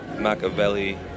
Machiavelli